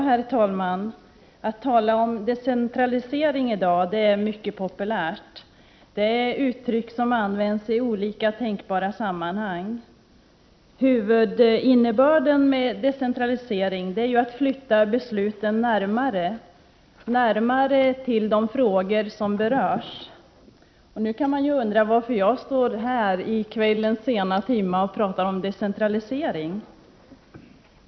Herr talman! Att tala om decentralisering är mycket populärt i dag. Det är uttryck som används i olika tänkbara sammanhang. Huvudinnebörden av decentralisering är att flytta besluten närmare de frågor som berörs. Nu kan 159 man undra varför jag står här i kvällens sena timme och pratar om decentralisering.